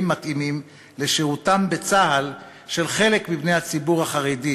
מתאימים לשירותם בצה"ל של חלק מבני הציבור החרדי,